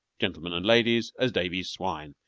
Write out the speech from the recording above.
gentlemen and ladies, as davy's swine,